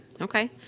okay